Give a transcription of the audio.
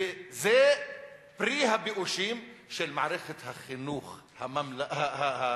וזה פרי הבאושים של מערכת החינוך הממלכתית,